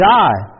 die